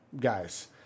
guys